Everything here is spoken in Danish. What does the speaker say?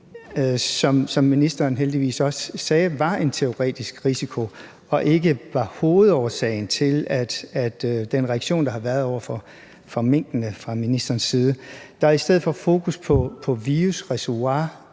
og ministeren sagde heldigvis også, at det var en teoretisk risiko og ikke var hovedårsagen til den reaktion, der har været over for minkene fra ministerens side. Der er i stedet for fokus på virusreservoir